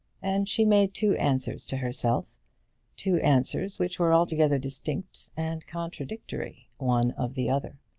and she made two answers to herself two answers which were altogether distinct and contradictory one of the other.